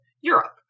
Europe